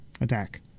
attack